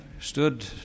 stood